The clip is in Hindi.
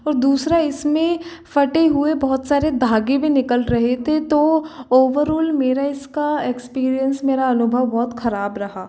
और दूसरा इसमें फटे हुए बहुत सारे धागे भी निकल रहे थे तो ओवरऑल मेरा इसका एक्सपीरीएन्स मेरा अनुभव बहुत ख़राब रहा